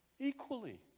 equally